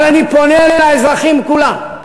אבל אני פונה לאזרחים כולם.